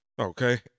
Okay